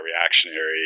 reactionary